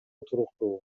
туруктуу